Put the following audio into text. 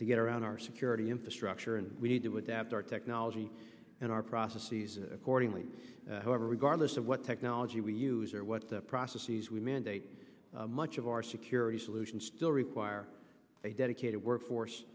to get around our security infrastructure and we need to adapt our technology and our prophecies accordingly however regardless of what technology we use or what processes we mandate much of our security solutions still require a dedicated workforce